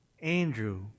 Andrew